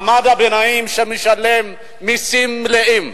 מעמד הביניים, שמשלם מסים מלאים.